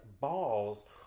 balls